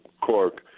cork